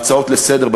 בהצעות לסדר,